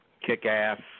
kick-ass